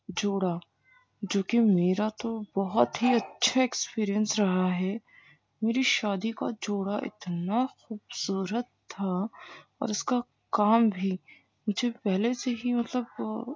جوڑا جو کہ میرا تو بہت ہی اچھا ایکسپیرئینس رہا ہے میری شادی کا جوڑا اتنا خوبصورت تھا اور اس کا کام بھی مجھے پہلے سے ہی مطلب